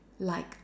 like